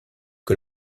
que